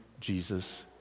Jesus